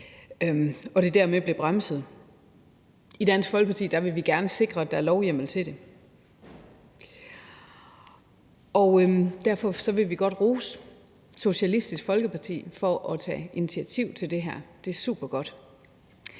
og at det dermed blev bremset. I Dansk Folkeparti vil vi gerne sikre, at der er lovhjemmel til det, og derfor vil vi godt rose Socialistisk Folkeparti for at tage initiativ til det her. Det er supergodt.